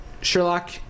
Sherlock